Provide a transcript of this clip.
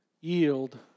yield